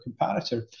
comparator